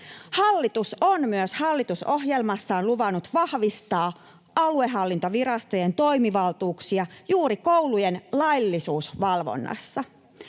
Hallitus on myös hallitusohjelmassaan luvannut vahvistaa aluehallintovirastojen toimivaltuuksia juuri koulujen laillisuusvalvonnassa.